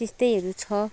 त्यस्तैहरू छ